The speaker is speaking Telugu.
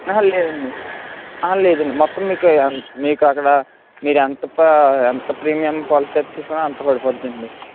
లేదండి లేదండి మొత్తం మీకు మీకు అక్కడా మీరు ఎంత ప్ర ఎంత ప్రీమియం పాలసీ అయితే తీసుకున్నారో అంత పడిపోతుందండి